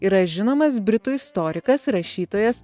yra žinomas britų istorikas rašytojas